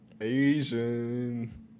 Asian